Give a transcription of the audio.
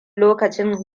lokacin